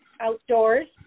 outdoors